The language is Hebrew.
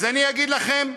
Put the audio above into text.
אז אני אגיד לכם: